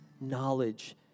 knowledge